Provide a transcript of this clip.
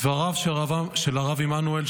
דבריו של הרב עמנואל,